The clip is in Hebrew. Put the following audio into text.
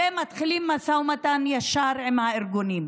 ומתחילים משא ומתן ישיר עם הארגונים.